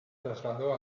trasladó